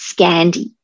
Scandi